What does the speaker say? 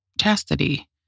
chastity